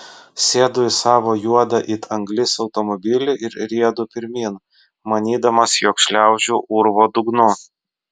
sėdu į savo juodą it anglis automobilį ir riedu pirmyn manydamas jog šliaužiu urvo dugnu